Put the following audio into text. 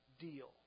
deal